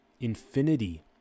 Infinity